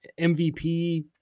MVP